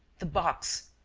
the box.